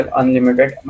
unlimited